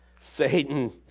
Satan